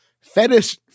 fetish